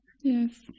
yes